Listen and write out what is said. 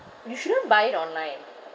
you shouldn't buy it online